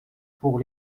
pour